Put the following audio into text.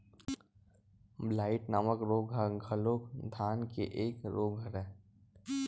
blight नामक रोग ह घलोक धान के एक रोग हरय